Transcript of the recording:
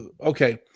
okay